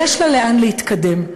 ויש לה לאן להתקדם,